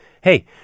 Hey